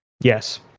Yes